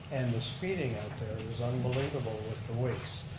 and the speeding out there is unbelievable with the wakes.